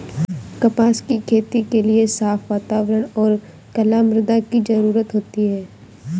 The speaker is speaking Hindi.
कपास की खेती के लिए साफ़ वातावरण और कला मृदा की जरुरत होती है